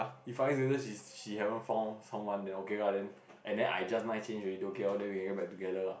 if five years later she she haven't found someone then okay lah then and I just nice change already then don't care lor then we can get back together lah